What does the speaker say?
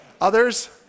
Others